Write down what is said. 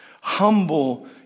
humble